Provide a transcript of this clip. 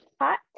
hot